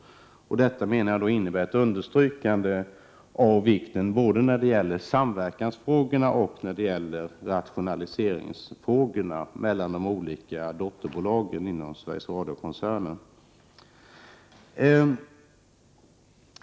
Detta innebär enligt min mening ett understrykande av vikten av både samverkan mellan och rationalisering inom de olika dotterbolagen inom Sveriges Radio-koncernen.